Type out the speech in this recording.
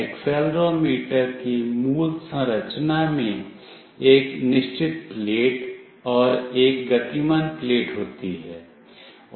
accelerometer की मूल संरचना में एक निश्चित प्लेट और एक गतिमान प्लेट होती है